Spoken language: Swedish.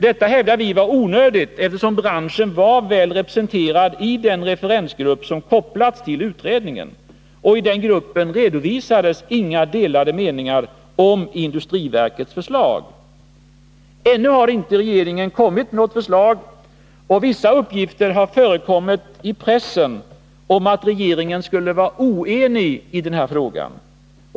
Detta, hävdar vi, var onödigt eftersom branschen var väl representerad i en referensgrupp som kopplats till utredningen. I den gruppen redovisades inga delade meningar om industriverkets förslag. Ännu har inte regeringen kommit med något förslag. Vissa uppgifter har förekommit i pressen om att regeringen skulle vara oenigi den här frågan.